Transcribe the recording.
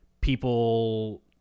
people